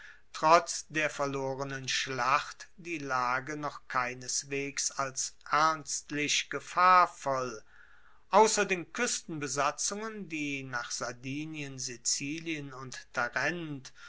trotz der verlorenen schlacht die lage noch keineswegs als ernstlich gefahrvoll ausser den kuestenbesatzungen die nach sardinien sizilien und tarent